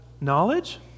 knowledge